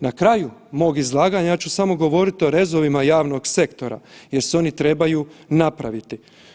Na kraju mog izlaganja ja ću samo govoriti o rezovima javnog sektora jer se oni trebaju napraviti.